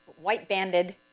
white-banded